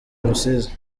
rusizi